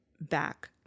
back